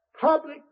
Public